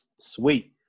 Sweet